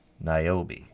niobe